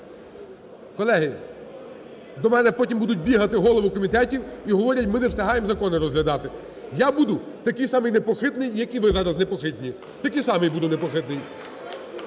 Колеги, до мене потім будуть бігати голови комітетів і говорять: "Ми не встигаємо закони розглядати". Я буду такий самий непохитний, як і ви зараз непохитні, такий самий буду непохитний.